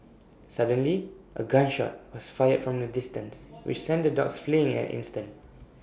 suddenly A gun shot was fired from A distance which sent the dogs fleeing in an instant